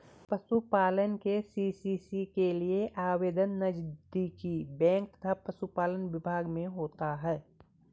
पशुपालन के.सी.सी के लिए आवेदन नजदीकी बैंक तथा पशुपालन विभाग में होता है